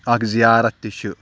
اَکھ زِیارَت تہِ چھِ